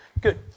good